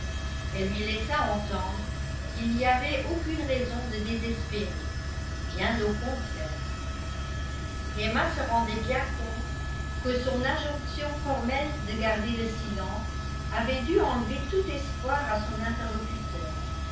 elle lui laissa entendre qu'il n'y avait aucune raison de désespérer bien au contraire emma se rendait bien compte que son injonction formelle de garder le silence avait dû enlever tout espoir à son interlocuteur